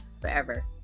forever